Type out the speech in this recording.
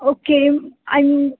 okay आणि